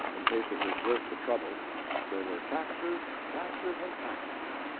in case it was worth the trouble there were taxes, and taxes, and taxes,